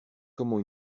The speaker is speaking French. comment